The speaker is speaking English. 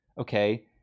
okay